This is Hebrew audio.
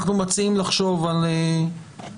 אנחנו מציעים לחשוב על ההסדרים.